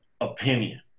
opinion